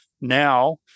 now